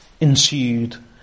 ensued